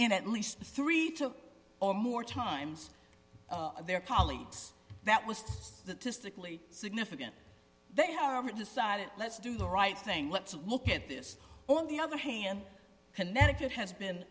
in at least three to or more times their colleagues that was tz that distinctly significant they haven't decided let's do the right thing let's look at this on the other hand connecticut has been